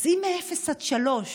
אז אם מאפס עד שלוש